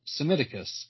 Semiticus